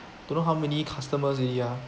don't know how many customers already ya